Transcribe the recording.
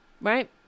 right